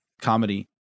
comedy